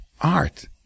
art